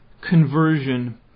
conversion